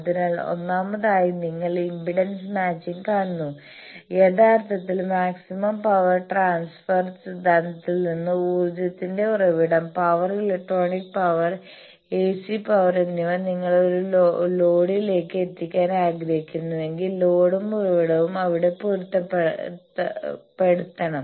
അതിനാൽ ഒന്നാമതായി നിങ്ങൾ ഇംപിഡൻസ് മാച്ചിങ് കാണുന്നു യഥാർത്ഥത്തിൽ മാക്സിമം പവർ ട്രാൻസ്ഫർ സിദ്ധാന്തത്തിൽ നിന്ന് ഊർജ്ജത്തിന്റെ ഉറവിടം power electronic power AC power എന്നിവ നിങ്ങൾ ഒരു ലോഡിലേക്ക് എത്തിക്കാൻ ആഗ്രഹിക്കുന്നുവെങ്കിൽ ലോഡും ഉറവിടവും അവിടെ പൊരുത്തപ്പെടുത്തണം